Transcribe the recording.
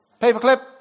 Paperclip